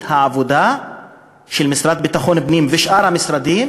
העבודה של המשרד לביטחון פנים ושאר המשרדים,